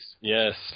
Yes